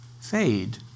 fade